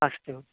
अस्तु